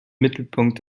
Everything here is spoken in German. mittelpunkt